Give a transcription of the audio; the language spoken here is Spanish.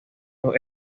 los